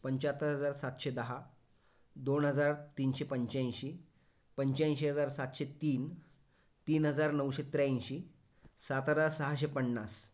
पंच्याहत्तर हजार सातशे दहा दोन हजार तीनशे पंच्याऐंशी पंच्याऐंशी हजार सातशे तीन तीन हजार नऊशे त्र्याऐंशी सातारा सहाशे पन्नास